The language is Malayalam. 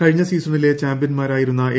കഴിഞ്ഞ സീസണിലെ ചാമ്പൃൻ മാരായിരുന്ന എ